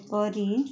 ଯେପରି